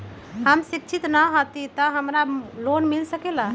हम शिक्षित न हाति तयो हमरा लोन मिल सकलई ह?